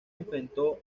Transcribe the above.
enfrentó